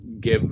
give